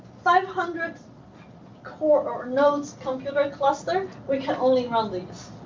five hundred core or nodes computer cluster, we can only run these.